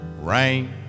Rain